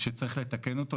שצריך לתקן אותו,